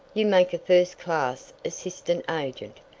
you make a first-class assistant agent.